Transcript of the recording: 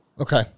Okay